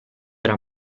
era